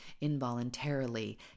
involuntarily